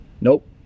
nope